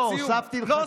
לא, הוספתי לך יותר מדי.